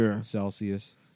Celsius